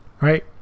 right